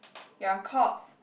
you are corpse